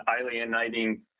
alienating